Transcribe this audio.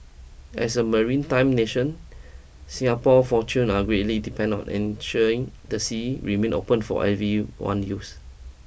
as a marine time nation Singapore fortune are greatly depend on ensuring the sea remain open for everyone use